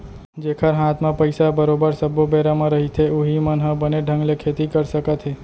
जेखर हात म पइसा ह बरोबर सब्बो बेरा म रहिथे उहीं मन ह बने ढंग ले खेती कर सकत हे